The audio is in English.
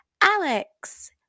Alex